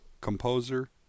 Composer